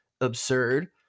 absurd